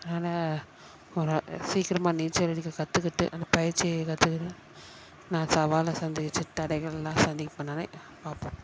அதனால் ஒரு சீக்கிரமாக நீச்சல் அடிக்க கற்றுக்கிட்டு அந்த பயிற்சியை கத்துக்கின்னு நான் சவாலை சந்தித்து தடைகல்லலாம் சந்திக்க போனா பார்ப்போம்